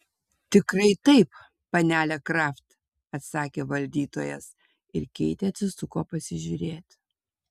tikrai taip panele kraft atsakė valdytojas ir keitė atsisuko pasižiūrėti